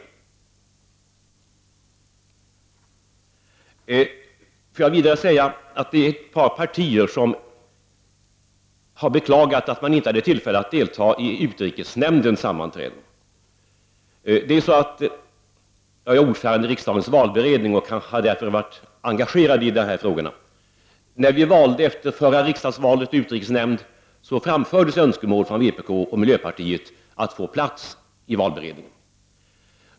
Jag vill vidare säga att ett par partier här i riksdagen har beklagat att de inte har möjlighet att delta i utrikesnämndens sammanträden. Jag är ordförande i riksdagens valberedning och har därför varit engagerad i dessa frågor. När vi efter det förra riksdagsvalet valde utrikesnämnd framfördes önskemål från vpk och miljöpartiet att få plats i utrikesnämnden.